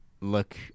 look